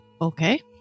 okay